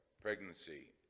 pregnancy